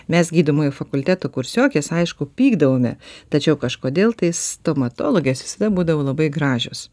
mes gydomojo fakulteto kursiokės aišku pykdavome tačiau kažkodėl tais stomatologės visada būdavo labai gražios